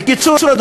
בקיצור,